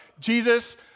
Jesus